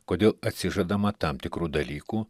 kodėl atsižadama tam tikrų dalykų